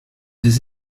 des